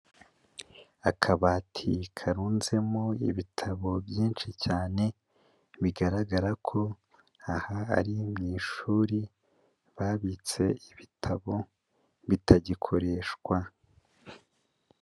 Akabati karunzemo ibitabo byinshi cyane, bigaragara ko aha ari mu ishuri, babitse ibitabo bitagikoreshwa.